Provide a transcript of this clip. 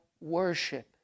worship